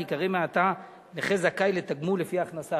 ייקרא מעתה "נכה זכאי לתגמול לפי הכנסה".